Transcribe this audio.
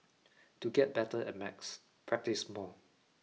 to get better at maths practise more